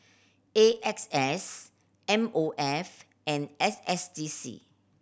A X S M O F and S S D C